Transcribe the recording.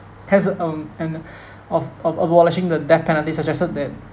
hesitant and of of abolishing the death penalty suggested that